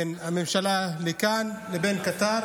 בין הממשלה כאן לבין קטר.